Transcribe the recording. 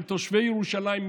של תושבי ירושלים,